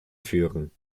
führen